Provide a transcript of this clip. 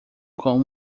com